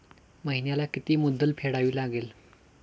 महिन्याला किती मुद्दल फेडावी लागेल?